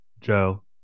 Joe